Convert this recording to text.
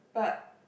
but